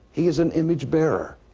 he is an image-bearer.